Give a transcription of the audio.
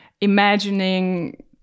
imagining